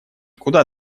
куда